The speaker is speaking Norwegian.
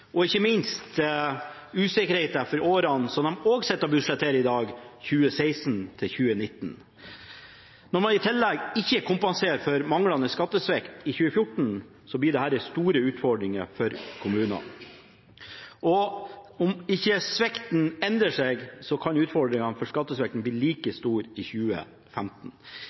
og ikke minst er det usikkerhet for årene 2016–2019, som de sitter og budsjetterer for i dag. Når man i tillegg ikke kompenserer for skattesvikt i 2014, blir det store utfordringer for kommunene, og om ikke skattesvikten endrer seg, kan utfordringene bli like store i 2015.